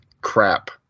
crap